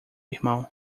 irmão